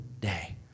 day